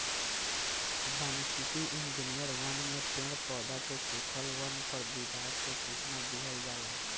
वानिकी इंजिनियर वन में पेड़ पौधा के सुखला पर वन विभाग के सूचना दिहल जाला